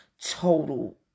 total